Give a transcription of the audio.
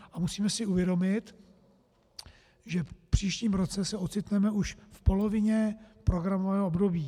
A musíme si uvědomit, že v příštím roce se ocitneme už v polovině programového období.